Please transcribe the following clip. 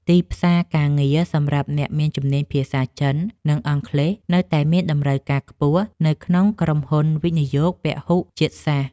ទីផ្សារការងារសម្រាប់អ្នកមានជំនាញភាសាចិន និងអង់គ្លេសនៅតែមានតម្រូវការខ្ពស់នៅក្នុងក្រុមហ៊ុនវិនិយោគពហុជាតិសាសន៍។